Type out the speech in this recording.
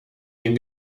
den